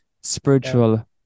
spiritual